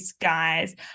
guys